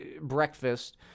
breakfast